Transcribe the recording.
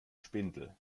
spindel